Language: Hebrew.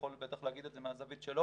הוא יכול להגיד את זה מהזווית שלו,